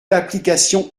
l’application